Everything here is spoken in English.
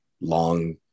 long